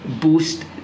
boost